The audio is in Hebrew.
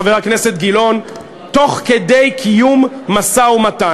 חבר הכנסת גילאון, תוך כדי קיום משא-ומתן?